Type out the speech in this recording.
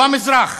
לא המזרח.